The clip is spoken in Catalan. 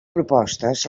propostes